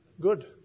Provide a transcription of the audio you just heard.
good